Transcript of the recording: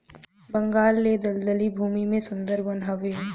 बंगाल ले दलदली भूमि में सुंदर वन हवे